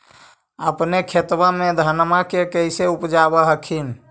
अपने खेतबा मे धन्मा के कैसे उपजाब हखिन?